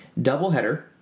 doubleheader